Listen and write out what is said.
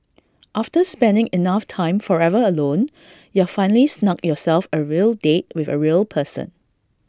after spending enough time forever alone you've finally snugged yourself A real date with A real person